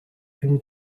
him